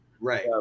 Right